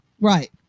right